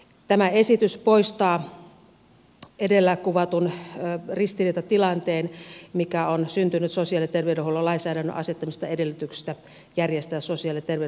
tämä esitys poistaa edellä kuvatun ristiriitatilanteen mikä on syntynyt sosiaali ja terveydenhuollon lainsäädännön asettamista edellytyksistä järjestää sosiaali ja terveydenhuollon palveluja